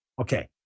Okay